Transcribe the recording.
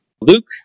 Luke